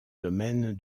domaine